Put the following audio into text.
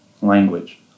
language